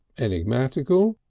enigmatical,